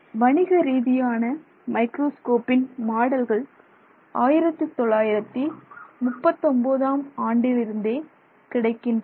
வணிக ரீதியான மைக்ரோஸ்கோப்பின் மாடல்கள் 1939 ஆம் ஆண்டிலிருந்தே கிடைக்கின்றன